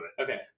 Okay